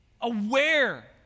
aware